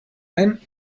ein